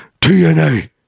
TNA